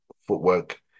footwork